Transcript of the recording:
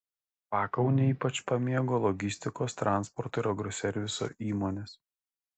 pakaunę ypač pamėgo logistikos transporto ir agroserviso įmonės